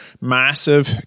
Massive